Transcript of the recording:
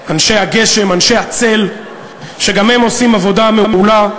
אנשי הגשם, אנשי הצל, שגם הם עושים עבודה מעולה,